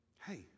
Hey